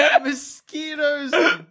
Mosquitoes